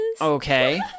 Okay